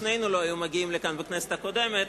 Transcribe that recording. שנינו לא היינו מגיעים לכאן בכנסת הקודמת,